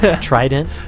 Trident